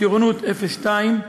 טירונות 02,